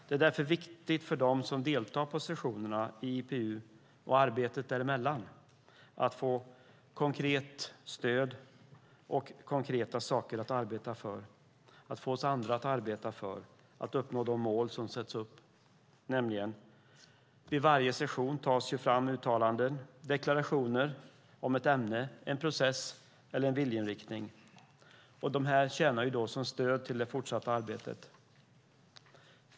Det är därför viktigt för dem som deltar i sessionerna i IPU och i arbetet däremellan att få konkret stöd och konkreta saker att arbeta för, att få alla att arbeta för att uppnå de mål som sätts upp. Vid varje session tas det fram uttalanden och deklarationer om ett ämne, en process eller en viljeinriktning. Dessa tjänar då som stöd till det fortsatta arbetet.